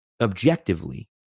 objectively